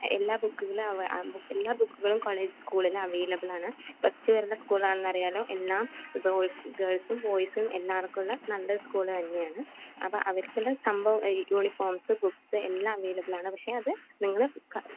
എല്ലാ ബുക്കുകളും എല്ലാ ബുക്കുകളും കോളേജ് സ്കൂളിൽ അവൈലബിൾ ആണ് പ്ലസ്ടു വരെ ഉള്ള സ്കൂൾ ആണെന്ന് അറിയാമല്ലോ എല്ലാ ബോയ്സ് ഗേൾസും ബോയ്സും എല്ലാവർക്കും ഉള്ള നല്ല ഒരു സ്കൂള് തന്നെയാണ് അപ്പം അവർക്കെല്ലാം സംഭവം യൂണിഫോമ്സ് ബുക്ക്സ് എല്ലാം അവൈലബിൾ ആണ് പക്ഷെ അത് നിങ്ങൾ